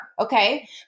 Okay